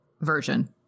version